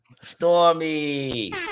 Stormy